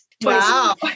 Wow